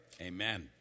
Amen